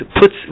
puts